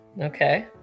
okay